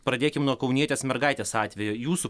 pradėkim nuo kaunietės mergaitės atvejo jūsų